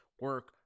Work